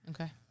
Okay